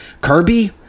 Kirby